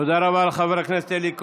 תודה רבה לחבר הכנסת אלי כהן.